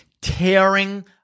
tearing